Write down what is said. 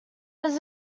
was